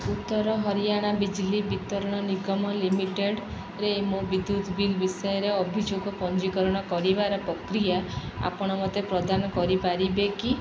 ଉତ୍ତର ହରିୟାଣା ବିଜଲି ବିତରଣ ନିଗମ ଲିମିଟେଡ଼୍ରେ ମୋ ବିଦ୍ୟୁତ ବିଲ୍ ବିଷୟରେ ଅଭିଯୋଗ ପଞ୍ଜିକରଣ କରିବାର ପ୍ରକ୍ରିୟା ଆପଣ ମୋତେ ପ୍ରଦାନ କରିପାରିବେ କି